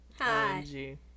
hi